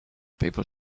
people